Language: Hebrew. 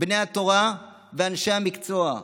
בני התורה ואנשי המקצוע,